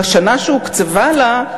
בשנה שהוקצבה לה,